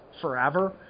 forever